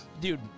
dude